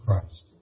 Christ